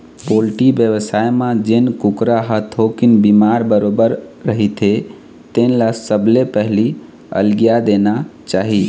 poultry बेवसाय म जेन कुकरा ह थोकिन बिमार बरोबर रहिथे तेन ल सबले पहिली अलगिया देना चाही